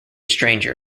stranger